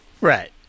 Right